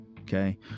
okay